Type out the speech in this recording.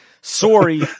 sorry